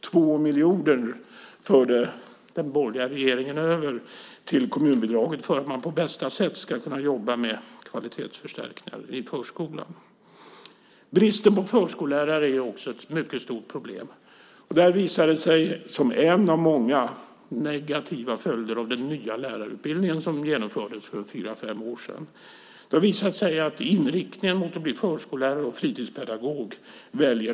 Den borgerliga regeringen förde över 2 miljoner till kommunbidraget för att man på bästa sätt ska kunna jobba med kvalitetsförstärkningar i förskolan. Bristen på förskollärare är också ett mycket stort problem. Som en av många negativa följder av den nya lärarutbildningen som genomfördes för fyra fem år sedan har det visat sig att de allra flesta väljer bort inriktningen mot att bli förskollärare och fritidspedagog.